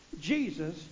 Jesus